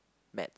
Math